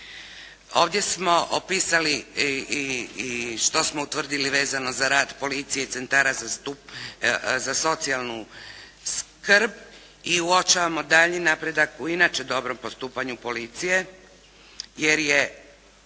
Ovdje smo opisali i što smo utvrdili vezano za rad policije i centara za socijalnu skrb. I uočavamo daljnji napredak u inače dobrom postupanju policije. Jer je